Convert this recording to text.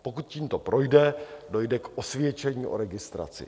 Pokud tímto projde, dojde k osvědčení o registraci.